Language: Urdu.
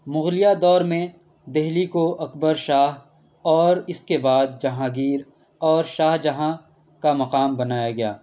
مغلیہ دور میں دہلی کو اکبر شاہ اور اس کے بعد جہانگیر اور شاہ جہاں کا مقام بنایا گیا